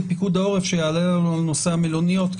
פיקוד העורף שיענה לנו על נושא המלוניות.